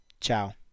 Ciao